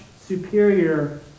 superior